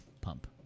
Pump